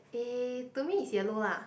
eh to me it's yellow lah